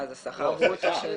מה, זה שכר ברוטו של